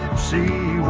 see